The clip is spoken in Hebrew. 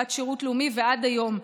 בת שירות לאומי ועד היום,